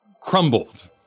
crumbled